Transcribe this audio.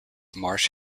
marsh